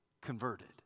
converted